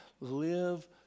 live